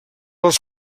les